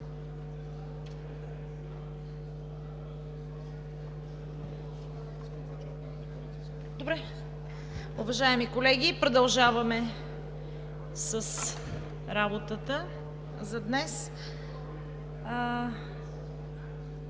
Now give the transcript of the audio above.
Уважаеми колеги, продължаваме с работата за днес.